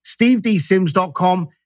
Stevedsims.com